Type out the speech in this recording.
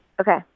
Okay